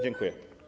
Dziękuję.